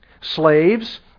Slaves